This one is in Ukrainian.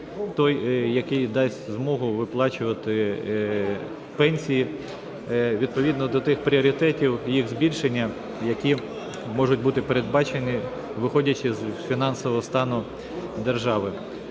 який дасть змогу виплачувати пенсії відповідно до тих пріоритетів, їх збільшення, які можуть бути передбачені, виходячи з фінансового стану держави.